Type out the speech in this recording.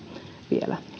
vielä